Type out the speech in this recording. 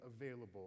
available